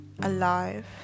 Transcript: alive